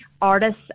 artists